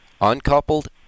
Uncoupled